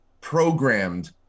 programmed